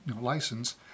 license